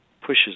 pushes